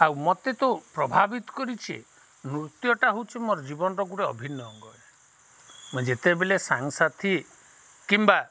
ଆଉ ମୋତେ ତ ପ୍ରଭାବିତ କରିଚ ନୃତ୍ୟଟା ହଉଚି ମୋର ଜୀବନର ଗୋଟେ ଅଭିନୟ ଅଙ୍ଗ ମୁଇଁ ଯେତେବେଲେ ସାଙ୍ଗସାଥି କିମ୍ବା